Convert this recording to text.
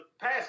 pass